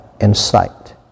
insight